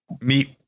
meet